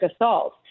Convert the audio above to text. assault